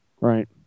Right